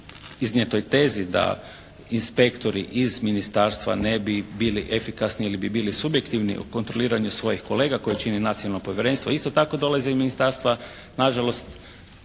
iznijetoj tezi da inspektori iz ministarstva ne bi bili efikasni ili bi bili subjektivni u kontroliranju svojih kolega koji čine Nacionalno povjerenstvo isto tako dolaze iz ministarstva. Na žalost